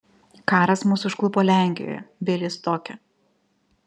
karas mus užklupo lenkijoje bialystoke